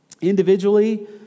Individually